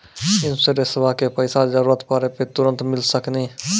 इंश्योरेंसबा के पैसा जरूरत पड़े पे तुरंत मिल सकनी?